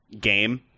game